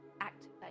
activate